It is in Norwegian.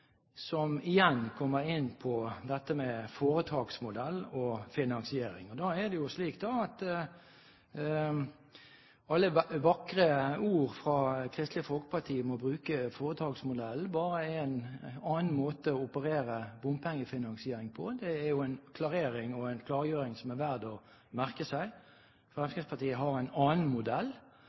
som igjen kommer inn på foretaksmodell og finansiering. Da er det jo slik at alle vakre ord fra Kristelig Folkeparti om å bruke foretaksmodellen, bare er en annen måte å operere bompengefinansiering på. Det er en klarering og en klargjøring som det er verdt å merke seg. Fremskrittspartiet har en annen modell.